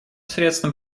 средством